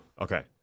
okay